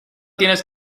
tienes